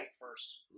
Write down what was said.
first